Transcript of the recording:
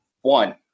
one